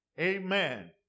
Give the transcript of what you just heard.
Amen